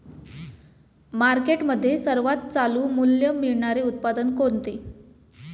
मार्केटमध्ये सर्वात चालू मूल्य मिळणारे उत्पादन कोणते?